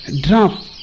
drop